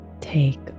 take